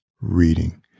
reading